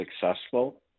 successful